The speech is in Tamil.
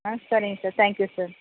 ஆ சரிங்க சார் தேங்க் யூ சார்